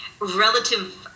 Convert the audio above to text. relative